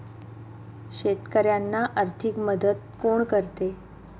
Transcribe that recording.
शेतकऱ्यांना आर्थिक मदत कोण करते?